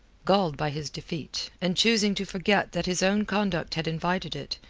galled by his defeat, and choosing to forget that his own conduct had invited it,